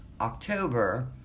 October